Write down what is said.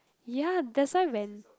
ya that's why when